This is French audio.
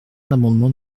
l’amendement